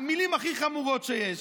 מילים הכי חמורות שיש.